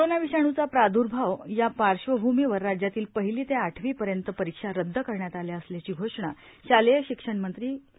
corona विषाणूचा प्रादर्भाव या पार्श्वभूमीवर राज्यातील पहिली ते आठवीं पर्यन्त परीक्षा रदद करण्यात आल्या असल्याची घोषणा शालेय शिक्षाण मंत्री प्रा